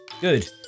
Good